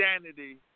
sanity